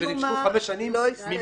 ומשום מה לא הסתיימה עד סופה --- בחקירות